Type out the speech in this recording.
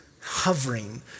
hovering